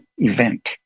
event